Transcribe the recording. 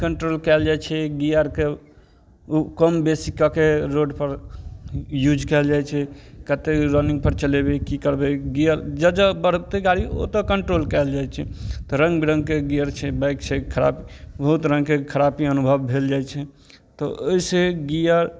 control कयल जाइ छै गियरके कम बेसी कऽके रोड पर यूज कयल जाइ छै कते रनिंग पर चलेबै की करबै गियर जऽ बढ़तै गाड़ी ओतऽ कंट्रोल कयल जाइ छै तऽ रंग बिरंगके गियर छै बाइक छै खराप बहुत रंगके खरापी अनुभव भेल जाइ छै तऽ ओहि सऽ गियर